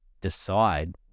decide